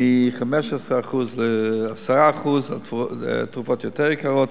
מ-15% ל-10% על תרופות יותר יקרות,